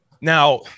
now